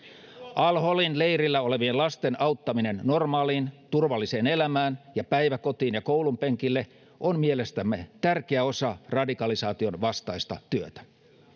al holin leirillä olevien lasten auttaminen normaaliin turvalliseen elämään ja päiväkotiin tai koulunpenkille on mielestämme tärkeä osa radikalisaation vastaista työtä